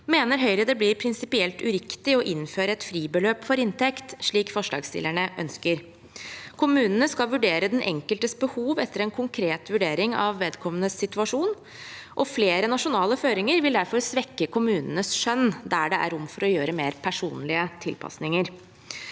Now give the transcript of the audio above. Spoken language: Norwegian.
mener Høyre det blir prinsipielt uriktig å innføre et fribeløp for inntekt, slik forslagsstillerne ønsker. Kommunene skal vurdere den enkeltes behov etter en konkret vurdering av vedkommendes situasjon. Flere nasjonale føringer vil derfor svekke kommunenes skjønn der det er rom for å gjøre mer personlige tilpasninger.